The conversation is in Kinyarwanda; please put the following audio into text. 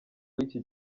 w’iki